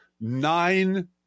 nine